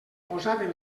posaven